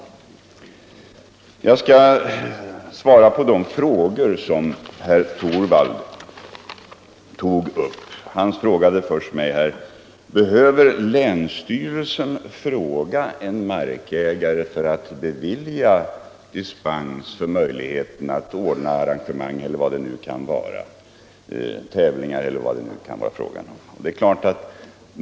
Jag skall svara på de frågor som herr Torwald ställde. Han frågade mig först om länsstyrelsen behöver höra en markägare för att kunna bevilja dispens för ett tävlingsarrangemang.